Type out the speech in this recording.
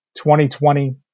2020